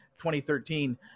2013